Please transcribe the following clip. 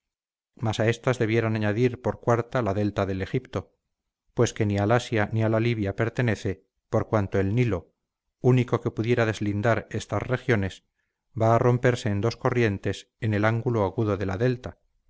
mas a estas debieran añadir por cuarta la delta del egipto pues que ni al asia ni a la libia pertenece por cuanto el nilo único que pudiera deslindar estas regiones va a romperse en dos corrientes en el ángulo agudo de la delta